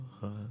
heart